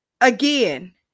again